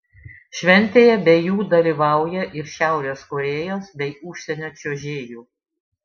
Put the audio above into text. šventėje be jų dalyvauja ir šiaurės korėjos bei užsienio čiuožėjų